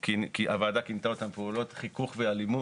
שהוועדה כינתה אותן פעולות חיכוך ואלימות,